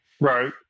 Right